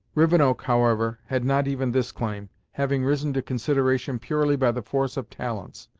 rivenoak, however, had not even this claim, having risen to consideration purely by the force of talents,